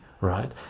right